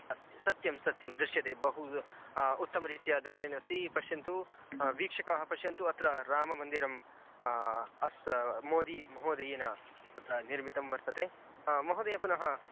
अस्ति सत्यं सत्यं दृश्यते बहु उत्तमरीत्या दर्शयन् अस्ति पश्यन्तु वीक्षकाः पश्यन्तु अत्र राममन्दिरम् अस् मोदी महोदयेन तत्र निर्मितं वर्तते महोदयः पुनः